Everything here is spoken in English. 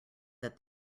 that